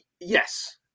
yes